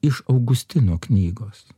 iš augustino knygos